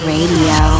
Radio